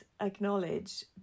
acknowledge